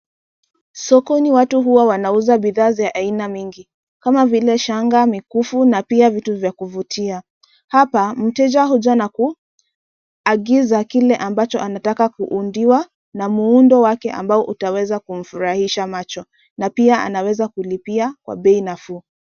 Sokoni watu huwa wanuza bidhaa za aina nyingi kama vile shanga, mikufu na vitu vya kuvitia. Hapa mteja huja na kuagiza kile ambacho anataka kuundiwa na muundo wake ambao utaweza kumfurahisha macho, na pia anaweza kulipia kwa bei nafuu.